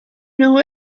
know